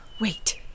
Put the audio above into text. Wait